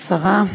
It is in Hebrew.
השרה,